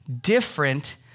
different